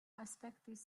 aspektis